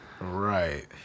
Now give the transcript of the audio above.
right